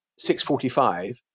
6.45